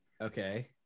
Okay